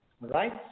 right